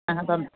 ആഹാ പറഞ്ഞോളൂ